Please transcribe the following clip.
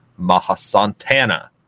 Mahasantana